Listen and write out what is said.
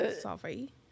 Sorry